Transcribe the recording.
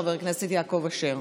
חבר הכנסת יעקב אשר,